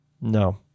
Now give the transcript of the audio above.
no